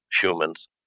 humans